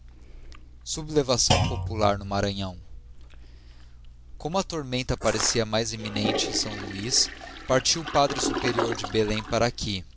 sublevação popular no maranhão como a tormenta parecia mais iraminente em s luiz partiu o p superior de belém para aqui